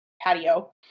patio